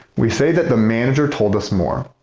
we say that the manager told us more.